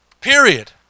Period